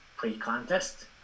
pre-contest